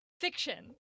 fiction